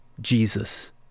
Jesus